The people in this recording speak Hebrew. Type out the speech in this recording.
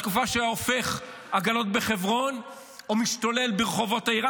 בתקופה שהיה הופך עגלות בחברון או משתולל ברחובות העיר.